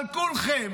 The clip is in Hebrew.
אבל כולכם,